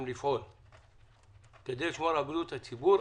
לפעול על פיהן כדי לשמור על בריאות הציבור,